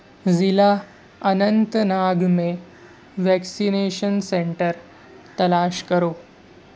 ضلع اننت ناگ میں vaccination centre تلاش کرو